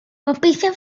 gobeithio